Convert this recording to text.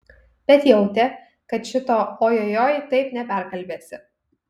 bet jautė kad šito ojojoi taip neperkalbėsi